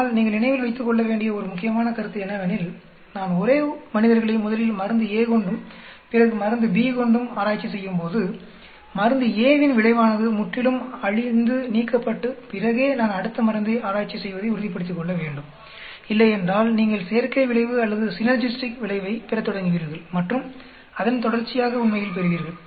ஆனால் நீங்கள் நினைவில் வைத்துக்கொள்ளவேண்டிய ஒரு முக்கியமான கருத்து என்னவெனில் நான் ஒரே மனிதர்களை முதலில் மருந்து a கொண்டும் பிறகு மருந்து b கொண்டும் ஆராய்ச்சி செய்யும்போது மருந்து a வின் விளைவானது முற்றிலும் அழிந்து நீக்கப்பட்டு பிறகே நான் அடுத்த மருந்தை ஆராய்ச்சி செய்வதை உறுதிப்படுத்திக்கொள்ளவேண்டும் இல்லையென்றால் நீங்கள் சேர்க்கை விளைவு அல்லது சிநேர்ஜிஸ்டிக் விளைவை பெறத் தொடங்குவீர்கள் மற்றும் அதன் தொடர்ச்சியாக உண்மையில் பெறுவீர்கள்